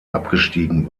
abgestiegen